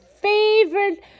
favorite